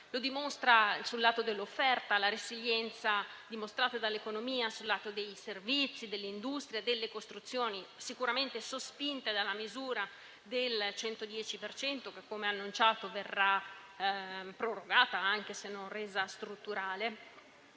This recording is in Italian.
lo dimostra. Sul lato dell'offerta lo dimostra la resilienza mostrata dall'economia nei settori dei servizi, dell'industria e delle costruzioni, sicuramente sospinta dalla misura del 110 per cento che, come annunciato, verrà prorogata, anche se non resa strutturale.